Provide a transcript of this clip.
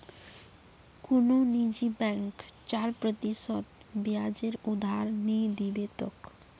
कुनु निजी बैंक चार प्रतिशत ब्याजेर उधार नि दीबे तोक